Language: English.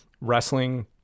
wrestling